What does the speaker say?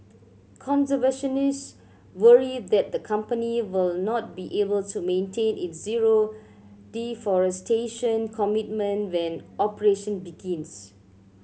conservationist worry that the company will not be able to maintain its zero deforestation commitment when operation begins